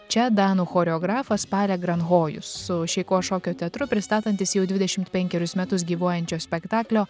čia danų choreografas pare granhojus su šeiko šokio teatru pristatantis jau dvidešimt penkerius metus gyvuojančio spektaklio